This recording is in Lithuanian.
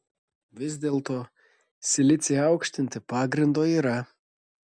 vis dėlto silicį aukštinti pagrindo yra